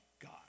God